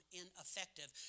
ineffective